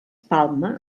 palma